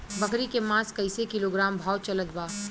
बकरी के मांस कईसे किलोग्राम भाव चलत बा?